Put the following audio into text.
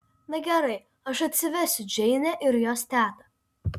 na gerai aš atsivesiu džeinę ir jos tetą